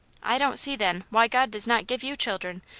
i don't see, then, why god does not give you children,